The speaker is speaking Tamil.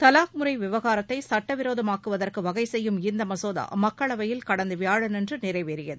தலாக் முறை விவாகரத்தை சட்ட விரோதமாக்குவதற்கு வகை செய்யும் இந்த மசோதா மக்களவையில் கடந்த வியாழன் அன்று நிறைவேறியது